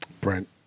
Brent